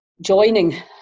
joining